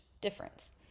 difference